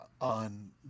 On